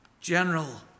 General